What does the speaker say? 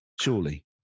Surely